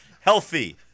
healthy